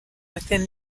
within